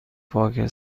پاکت